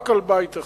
רק על בית אחד.